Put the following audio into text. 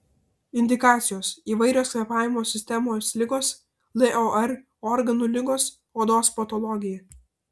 indikacijos įvairios kvėpavimo sistemos ligos lor organų ligos odos patologija